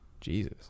jesus